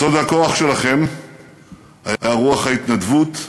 סוד הכוח שלכם היה רוח ההתנדבות,